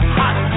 hot